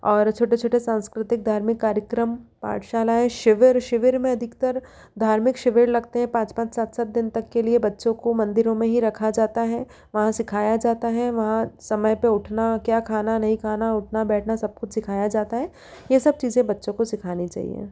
और छोटे छोटे सांस्कृतिक धार्मिक कार्यक्रम पाठशालाएँ शिविर शिविर में अधिकतर धार्मिक शिविर लगते हैं पाँच पाँच सात सात दिन तक के लिए बच्चों को मंदिरों में ही रखा जाता है वहाँ सिखाया जाता है वहाँ समय पर उठना क्या खाना नहीं खाना उठना बैठना सब कुछ सिखाया जाता है ये सब चीजें बच्चों को सिखानी चाहिए